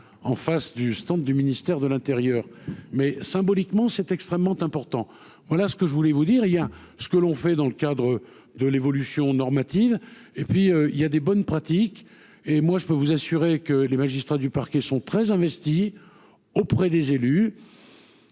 en face du stand du ministère de l'Intérieur, mais symboliquement, c'est extrêmement important, voilà ce que je voulais vous dire il y a ce que l'on fait dans le cadre de l'évolution normative et puis il y a des bonnes pratiques et moi je peux vous assurer que les magistrats du parquet sont très investis auprès des élus,